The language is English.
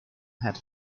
had